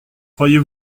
croyez